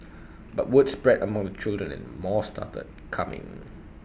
but word spread among the children and more started coming